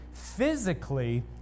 physically